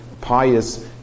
pious